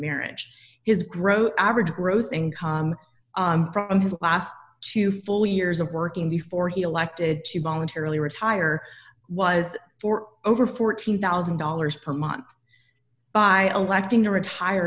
marriage is grow average gross income of the last two full years of working before he elected to voluntarily retire was for over fourteen thousand dollars per month by electing to retire